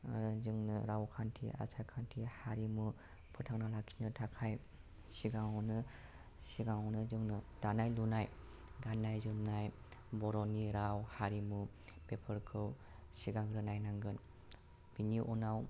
जोंनो रावखान्थि आसार खान्थि हारिमु फोथांना लाखिनो थाखाय सिगाङावनो जोङो दानाय लुनाय गान्नाय जोमनाय बर'नि राव हारिमु बेफोरखौ सिगांनो नायनांगोन बेनि उनाव